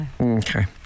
okay